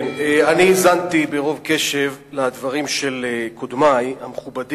נותנים להם לאכול, נותנים להם הכול.